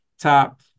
top